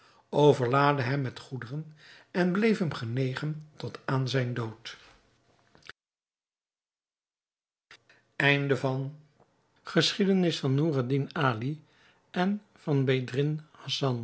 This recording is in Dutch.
overlaadde hem met goederen en bleef hem genegen tot aan zijn dood inhoud tweede deel geschiedenis van de vijf dames van